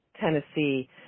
tennessee